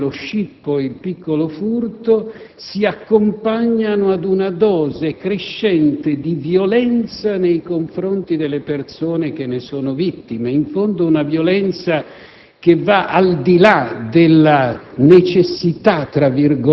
azioni di per sé criminose, come lo scippo e il piccolo furto, si accompagnano a una dose crescente di violenza nei confronti delle persone che ne sono vittime: in fondo, è una violenza